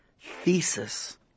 thesis